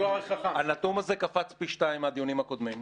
הנתון הזה קפץ פי 2 מהדיונים הקודמים.